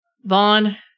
Vaughn